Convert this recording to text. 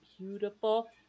beautiful